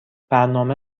برنامه